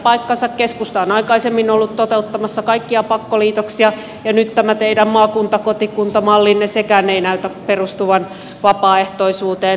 keskusta on aikaisemmin ollut toteuttamassa kaikkia pakkoliitoksia ja nyt tämä teidän maakuntakotikunta mallinne ei sekään näytä perustuvan vapaaehtoisuuteen